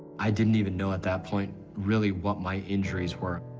i didn't even know at that point really what my injuries were.